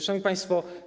Szanowni Państwo!